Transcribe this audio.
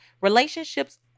relationships